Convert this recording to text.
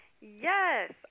Yes